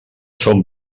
són